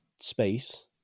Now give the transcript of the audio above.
space